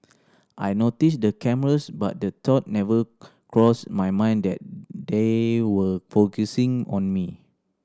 I noticed the cameras but the thought never crossed my mind that they were focusing on me